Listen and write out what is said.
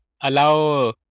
allow